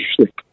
sleep